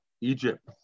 Egypt